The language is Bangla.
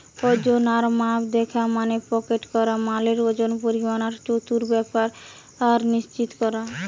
ওজন আর মাপ দিখা মানে প্যাকেট করা মালের ওজন, পরিমাণ আর চুক্তির ব্যাপার নিশ্চিত কোরা